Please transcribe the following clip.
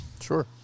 Sure